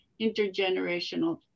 intergenerational